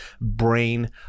brain